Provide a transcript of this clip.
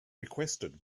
requested